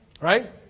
Right